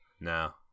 no